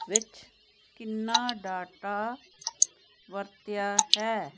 ਵਿੱਚ ਕਿੰਨਾ ਡਾਟਾ ਵਰਤਿਆ ਹੈ